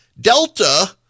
Delta